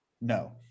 no